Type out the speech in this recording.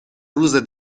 روز